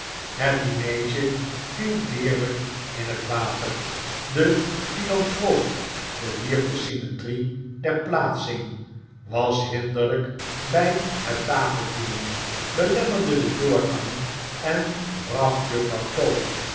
het dineetje viel deerlyk in het water de philanthroop bedierf de symetrie der plaatsing was hinderlyk bij het tafeldienen belemmerde den doorgang en bracht juffrouw tope